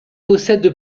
possède